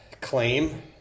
claim